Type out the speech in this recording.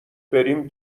بریم